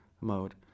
mode